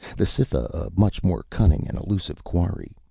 the cytha a much more cunning and elusive quarry.